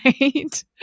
right